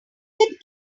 get